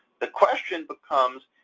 the question becomes,